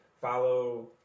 follow